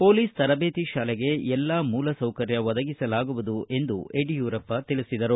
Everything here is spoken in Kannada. ಮೊಲೀಸ್ ತರಬೇತಿ ಶಾಲೆಗೆ ಎಲ್ಲಾ ಮೂಲಸೌಕರ್ಯ ಒದಗಿಸಲಾಗುವುದು ಎಂದು ಯಡಿಯೂರಪ್ಪ ತಿಳಿಸಿದರು